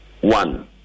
one